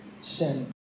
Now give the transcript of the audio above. sin